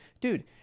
Dude